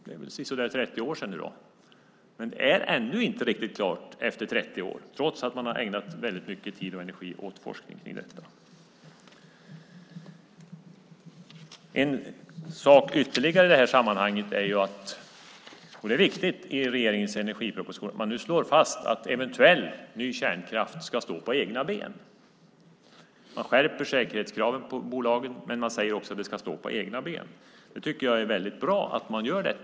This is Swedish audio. Det var för sisådär 30 år sedan, men det är ännu inte, efter 30 år, riktigt klart, trots att man ägnat mycket tid och energi åt forskning i frågan. Ytterligare en viktig sak i regeringens energiproposition är att man slår fast att eventuell ny kärnkraft ska stå på egna ben. Man skärper säkerhetskraven på bolagen, och man säger dessutom att kärnkraften ska stå på egna ben. Jag tycker att det är bra att man gör det.